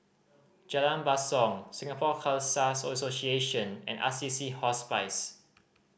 Jalan Basong Singapore Khalsa Association and Assisi Hospice